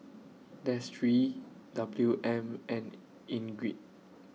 Destry Wm and Ingrid